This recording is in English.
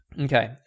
okay